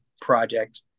project